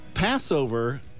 Passover